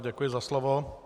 Děkuji za slovo.